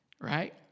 Right